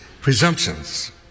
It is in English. presumptions